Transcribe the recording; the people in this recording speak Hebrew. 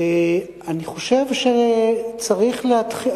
אני חושב שצריך להתחיל,